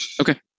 Okay